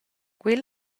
quel